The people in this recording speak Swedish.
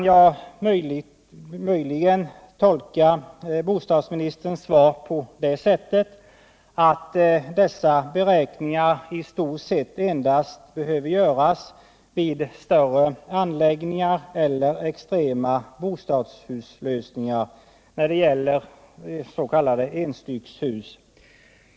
Kan jag möjligen tolka bostadsministerns svar på det sättet att beräkningar av nämnt slag i stort sett endast behöver göras för större anläggningar eller för extrema bostadshuslösningar när det gäller s.k. enstyckshus?